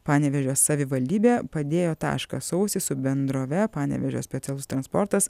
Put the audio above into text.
panevėžio savivaldybė padėjo tašką sausį su bendrove panevėžio specialus transportas